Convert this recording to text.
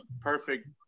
perfect